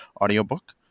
audiobook